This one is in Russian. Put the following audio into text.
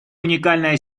уникальная